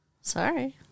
Sorry